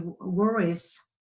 worries